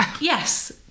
Yes